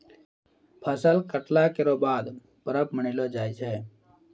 फसल कटला केरो बाद परब मनैलो जाय छै